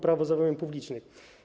Prawo zamówień publicznych.